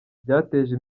ryateje